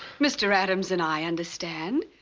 mr. addams and i understand.